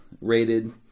rated